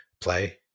play